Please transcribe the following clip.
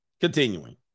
Continuing